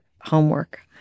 homework